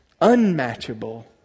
unmatchable